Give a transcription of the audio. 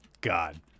God